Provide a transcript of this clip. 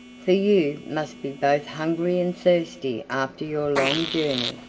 for you must be both hungry and thirsty after your long journey.